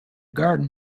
garden